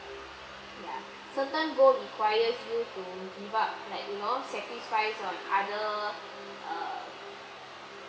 ya certain goal requires you to give up like you know sacrifice on other err